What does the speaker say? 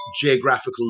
geographical